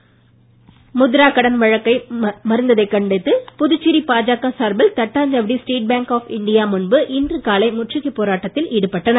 பாஜக போராட்டம் முத்ரா கடன் வழங்க மறுத்ததை கண்டித்து புதுச்சேரி பாஜக சார்பில் Thattanchavadi State Bank of India முன்பு இன்று காலை முற்றுகை போராட்டத்தில் ஈடுபட்டனர்